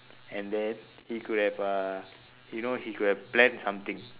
and then he could have uh you know he could have plan something